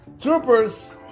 troopers